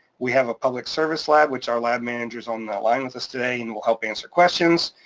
we have a public service lab which our lab manager's on the line with us today and will help answer questions.